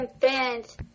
fans